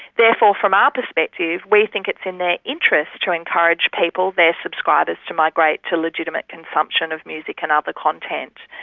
therefore from our perspective, we think it's in their interests to encourage people, their subscribers, to migrate to legitimate consumption of music and other content.